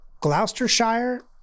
Gloucestershire